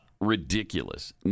Ridiculous